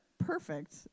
perfect